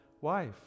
wife